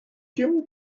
dim